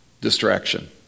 Distraction